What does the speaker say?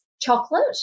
chocolate